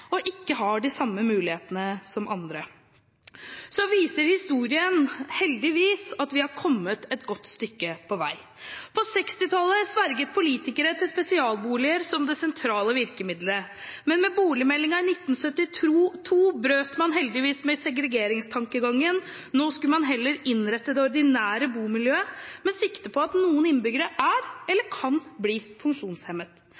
og ikke har de samme mulighetene som andre. Historien viser heldigvis at vi har kommet et godt stykke på vei. På 1960-tallet sverget politikere til spesialboliger som det sentrale virkemiddelet, men med boligmeldingen i 1972 brøt man heldigvis med segregeringstankegangen. Nå skulle man heller innrette det ordinære bomiljøet med sikte på at noen innbyggere er